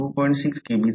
6 Kb चा आहे